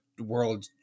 world